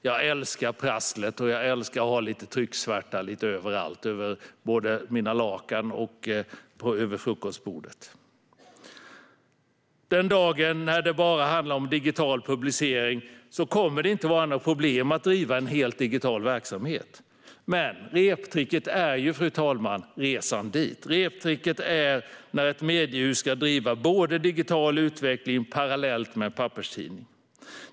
Jag älskar prasslet, och jag älskar att ha lite trycksvärta lite överallt, både på mina lakan och på frukostbordet. Den dagen när det bara handlar om digital publicering kommer det inte att vara några problem att driva en helt digital verksamhet. Men reptricket är ju resan dit. Reptricket är när ett mediehus ska driva digital utveckling parallellt med en papperstidning.